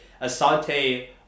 Asante